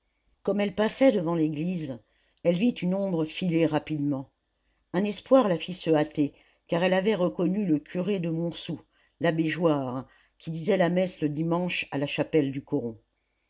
comme elle passait devant l'église elle vit une ombre filer rapidement un espoir la fit se hâter car elle avait reconnu le curé de montsou l'abbé joire qui disait la messe le dimanche à la chapelle du coron